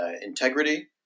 integrity